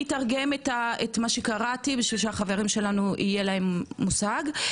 אני אתרגם את מה שקראתי בשביל שהחברים שלנו יהיה להם מושג.